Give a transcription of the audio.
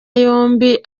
yombi